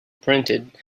printed